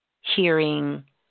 hearing